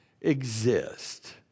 exist